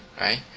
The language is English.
right